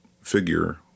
figure